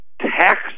tax